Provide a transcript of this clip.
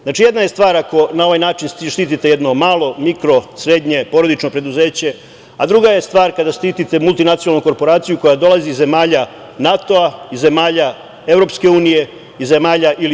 Znači, jedna je stvar da na ovaj način štitite jedno malo, mikro i srednje porodično preduzeća, a druga je stvar kada štite multinacionalnu korporaciju koja dolazi iz zemalja NATO, iz zemalja EU ili SAD.